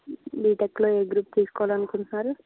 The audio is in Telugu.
బీటెక్లో ఏ గ్రూప్ తీసుకోవాలి అనుకుంటున్నారు